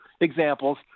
examples